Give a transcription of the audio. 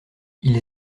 ils